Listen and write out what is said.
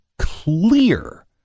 clear